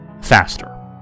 faster